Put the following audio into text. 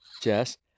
Jess